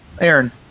Aaron